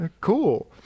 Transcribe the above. Cool